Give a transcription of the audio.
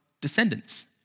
Descendants